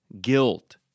guilt